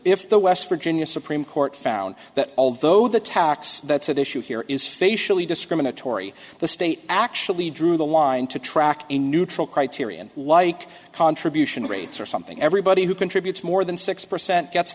if the west virginia supreme court found that although the tax that's at issue here is facially discriminatory the state actually drew the line to track a neutral criterion like contribution rates or something everybody who contributes more than six percent gets